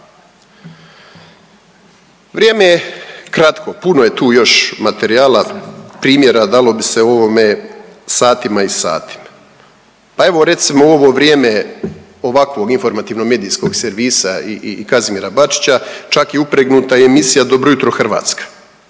Vrijeme je kratko, puno je tu još materijala, primjera, dalo bi se o ovome satima i satima. Pa evo recimo u ovo vrijeme ovakvog informativno medijskog servisa i Kazimira Bačića čak je upregnuta i emisija Dobro jutro Hrvatska,